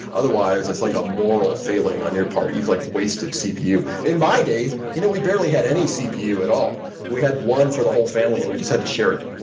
otherwise, it's like a moral failing on your part. you've like wasted cpu. in my day, you know we barely had any cpu at all. we had one for the whole family and we just had to share it.